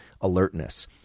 alertness